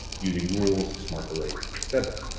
using rules, smart delays and et cetera.